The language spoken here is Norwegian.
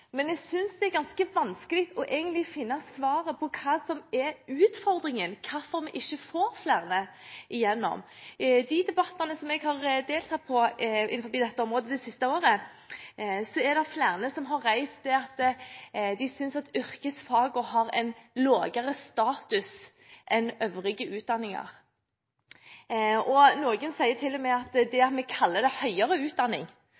men jeg synes det egentlig er ganske vanskelig å finne svaret på hva som er utfordringen, hvorfor vi ikke får flere igjennom. I de debattene på dette området som jeg har deltatt i det siste året, er det flere som har sagt at de synes at yrkesfagutdanningen har en lavere status enn øvrige utdanninger. Noen sier til og med at yrkesfag får en lavere status i og med at det ikke er høyere utdanning.